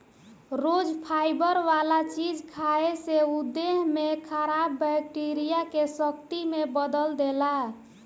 रोज fibre वाला चीज खाए से उ देह में खराब बैक्टीरिया के शक्ति में बदल देला